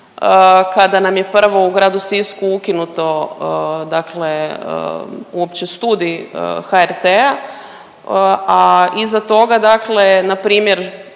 kada nam je prvo u gradu Sisku ukinuto dakle uopće Studij HRT-a, a iza toga dakle npr. jedan,